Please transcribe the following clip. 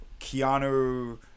Keanu